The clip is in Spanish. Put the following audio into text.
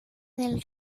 del